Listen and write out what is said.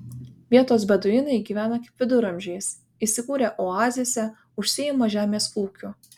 vietos beduinai gyvena kaip viduramžiais įsikūrę oazėse užsiima žemės ūkiu